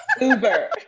Uber